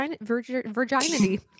virginity